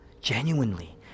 genuinely